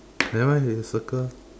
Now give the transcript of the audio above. nevermind you just circle